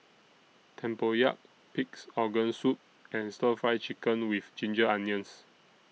Tempoyak Pig'S Organ Soup and Stir Fry Chicken with Ginger Onions